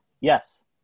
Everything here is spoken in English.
Yes